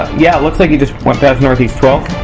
yeah it looks like he just went past ne twelfth.